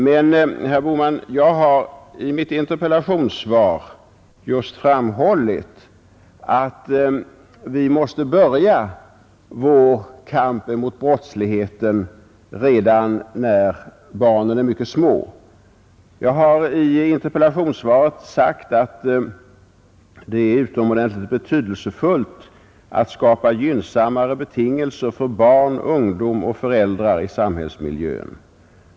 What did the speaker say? Men, herr Bohman, i mitt interpellationssvar har jag just framhållit att vi måste börja vår kamp mot brottsligheten redan när barnen är mycket små. Jag har sagt att det är utomordentligt betydelsefullt att skapa gynnsammare betingelser för barn, ungdom och föräldrar i samhällsmiljön.